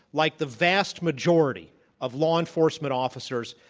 like the vast majority of law enforcement officers,